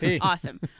Awesome